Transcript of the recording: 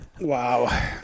Wow